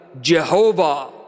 Jehovah